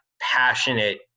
passionate